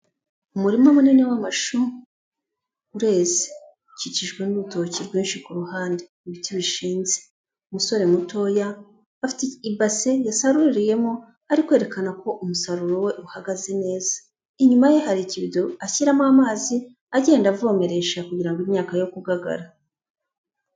Umurima munini w'amashu ureze, ukikijwe n'urutoki rwinshi ku ruhande, ibiti bishinze, umusore mutoya afite ibase yasaruriyemo ari kwerekana ko umusaruro we uhagaze neza, inyuma ye hari ikibido ashyiramo amazi agenda avomeresha kugira ngo imyaka yo kugagara.